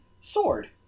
Sword